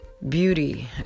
beauty